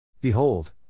Behold